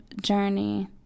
journey